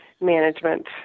management